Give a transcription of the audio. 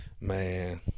Man